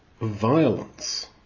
Violence